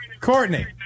Courtney